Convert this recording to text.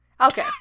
Okay